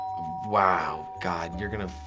wow. god, you're gonna